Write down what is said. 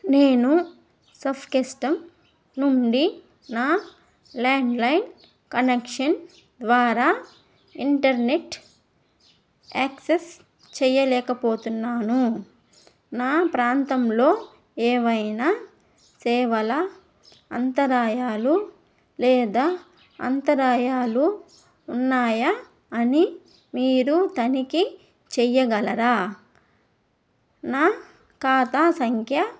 నేను స్పెక్ట్రమ్ నుండి నా ల్యాండ్లైన్ కనెక్షన్ ద్వారా ఇంటర్నెట్ యాక్సెస్ చేయలేకపోతున్నాను నా ప్రాంతంలో ఏవైనా సేవల అంతరాయాలు లేదా అంతరాయాలు ఉన్నాయా అని మీరు తనిఖీ చేయగలరా నా ఖాతా సంఖ్య